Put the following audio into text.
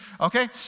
okay